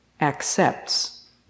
accepts